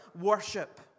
Worship